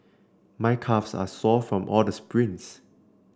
my calves are sore from all the sprints